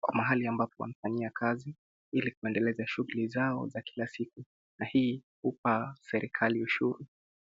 kwa mahali ambapo wanafanyia kazi, ili kuendeleza shughuli zao za kila siku na hii hupa serikali ushuru.